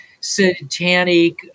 satanic